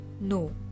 no